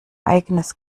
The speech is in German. eigenes